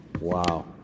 Wow